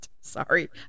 Sorry